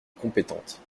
compétente